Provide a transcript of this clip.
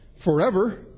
forever